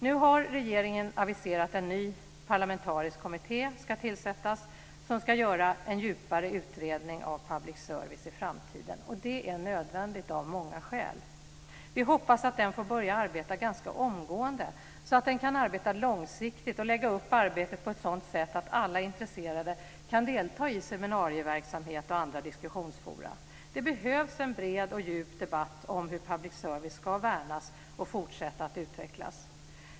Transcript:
Nu har regeringen aviserat att en ny parlamentarisk ska tillsättas som ska göra en djupare utredning av public service i framtiden, och det är nödvändigt av många skäl. Vi hoppas att den får börja arbeta ganska omgående så att den kan arbeta långsiktigt och lägga upp arbetet på ett sådant sätt att alla intresserade kan delta i seminarieverksamhet och andra diskussionsforum. Det behövs en bred och djup debatt om hur public service ska värnas och fortsätta att utvecklas.